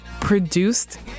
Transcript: produced